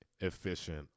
efficient